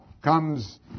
comes